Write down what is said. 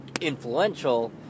influential